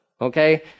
Okay